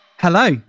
Hello